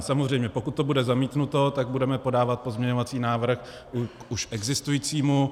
Samozřejmě pokud to bude zamítnuto, tak budeme podávat pozměňovací návrh k už existujícímu.